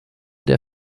der